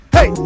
Hey